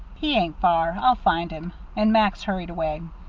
he ain't far. i'll find him and max hurried away.